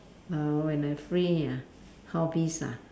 err when I free ah hobbies ah